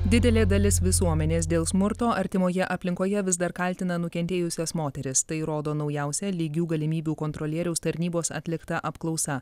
didelė dalis visuomenės dėl smurto artimoje aplinkoje vis dar kaltina nukentėjusias moteris tai rodo naujausia lygių galimybių kontrolieriaus tarnybos atlikta apklausa